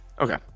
Okay